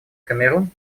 камерун